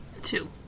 Two